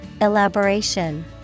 Elaboration